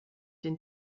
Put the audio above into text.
den